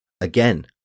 Again